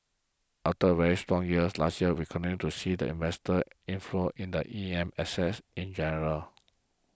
after a very strong years last year we continue to see the investor inflow in the E M assets in general